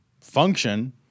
function